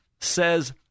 says